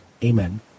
Amen